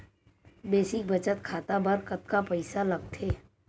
Basic बचत खाता बर कतका पईसा लगथे?